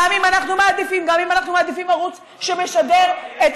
גם אם אנחנו מעדיפים ערוץ שמשדר את